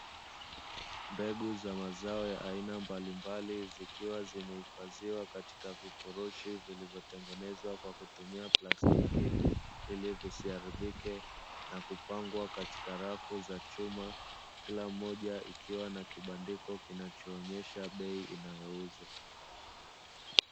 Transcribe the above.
Mbegu za mazao ya aina mbalimbali zikiwa zimehifadhiwa katika vifurushi vilivyotengenezwa kwa kutumia plastiki, ilivisiharibike na kupangwa katika rafu za chuma kila mmoja ikiwa na kibandiko kinachoonyesha bei inayouzwa.